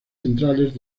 centrales